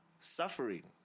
suffering